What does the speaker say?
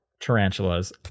tarantulas